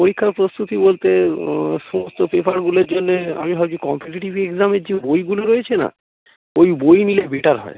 পরীক্ষার প্রস্তুতি বলতে সমস্ত পেপারগুলোর জন্যে আমি ভাবছি কম্পিটিটিভ এক্সামের যে বইগুলো রয়েছে না ওই বই নিলে বেটার হয়